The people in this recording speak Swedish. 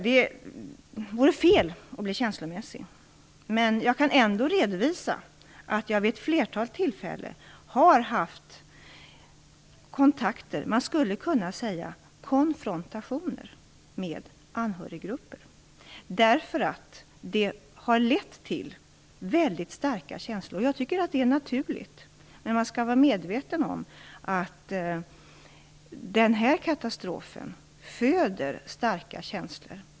Det vore fel att bli känslomässig, men jag kan ändå redovisa att jag vid ett flertal tillfällen har haft kontakter, man skulle kunna säga konfrontationer, med anhöriggrupper. Det har lett till mycket starka känslor. Jag tycker att det är naturligt, men man skall vara medveten om att den här katastrofen föder starka känslor.